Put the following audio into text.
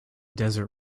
desert